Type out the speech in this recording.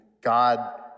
god